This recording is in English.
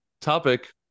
topic